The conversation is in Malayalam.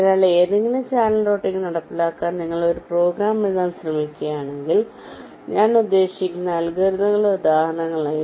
അതിനാൽ ഏതെങ്കിലും ചാനൽ റൂട്ടിംഗ് നടപ്പിലാക്കാൻ നിങ്ങൾ ഒരു പ്രോഗ്രാം എഴുതാൻ ശ്രമിക്കുകയാണെങ്കിൽ ഞാൻ ഉദ്ദേശിക്കുന്നത് അൽഗരിതങ്ങളുടെ ഉദാഹരണങ്ങളാണ്